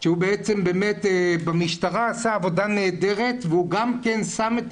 כי הוא בעצם באמת במשטרה עשה עבודה נהדרת והוא גם כן שם את